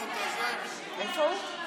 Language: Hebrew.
חסמים רבים בשרשרת הערך שהקים משרד הבריאות לפני